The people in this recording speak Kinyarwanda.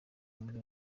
muri